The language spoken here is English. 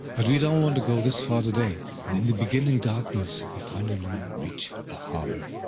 but we don't want to go this far today and in the beginning darkness, we finally reach a harbor.